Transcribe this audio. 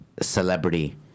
celebrity